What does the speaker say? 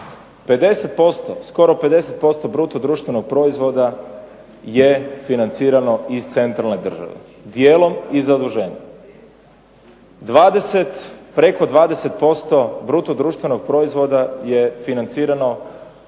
50% skoro 50% bruto društvenog proizvoda je financirano iz centralne države. Dijelom i zaduženjem. Preko 20% bruto društvenog proizvoda je financirano